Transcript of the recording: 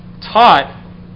taught